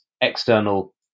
external